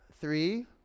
Three